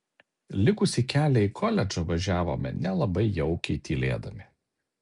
likusį kelią į koledžą važiavome nelabai jaukiai tylėdami